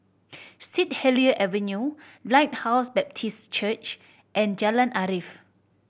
Saint Helier Avenue Lighthouse Baptist Church and Jalan Arif